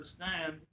understand